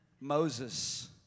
Moses